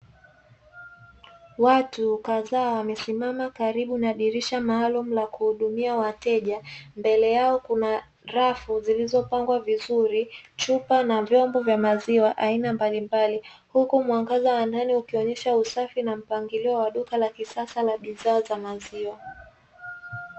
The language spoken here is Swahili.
Watu kadhaa wamesimama karibu na dirisha la kuhudumia wateja mbele yao kuna rafu zilizopangwa vizuri chupa na vyombo vya maziwa aina mbalimbali huku muonekano wa ndani ukionyesha mpangilio mzuri wa duka la uuzaji wa bidhaa za maziwa.